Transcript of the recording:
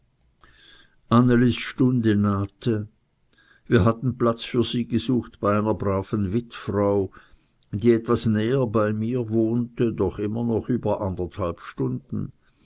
annelis stunde nahte wir hatten platz für sie gesucht bei einer braven witfrau die etwas näher bei mir wohnte doch immer noch über anderthalb stunden